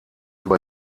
über